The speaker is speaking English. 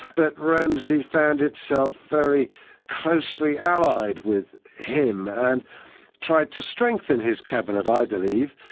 but ramsi found itself very closely allied with him and tried to strengthen his cabinet i believe.